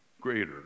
Greater